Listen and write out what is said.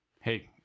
Hey